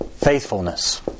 Faithfulness